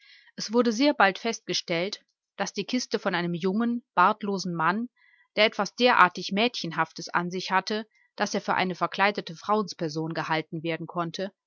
es wurde sehr bald festgestellt daß die kiste von einem jungen bartlosen mann der etwas derartig mädchenhaftes an sich hatte daß er für eine verkleidete frauensperson gehalten werden konnte